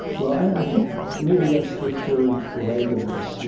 well, i think maybe that's the third leg of this. you